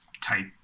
type